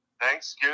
Thanks